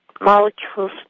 molecules